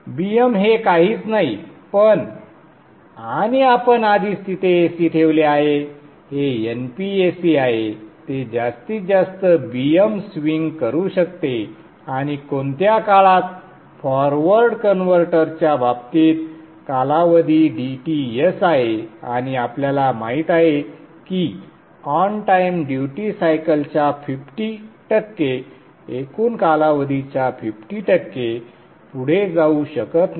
Bm हे काहीच नाही पण आणि आपण आधीच तिथे Ac ठेवले आहे हे Np Ac आहे ते जास्तीत जास्त Bm स्विंग करू शकते आणि कोणत्या काळात फॉरवर्ड कन्व्हर्टरच्या बाबतीत कालावधी dTs आहे आणि आपल्याला माहित आहे की ऑनटाइम ड्युटी सायकलच्या 50 टक्के एकूण कालावधीच्या 50 टक्के पुढे जाऊ शकत नाही